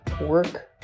work